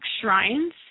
shrines